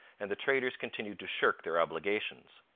and the traders continued to shirk their obligations.